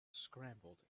scrambled